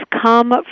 come